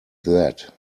that